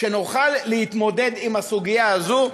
שנוכל להתמודד עם הסוגיה הזו.